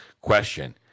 question